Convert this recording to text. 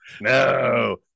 no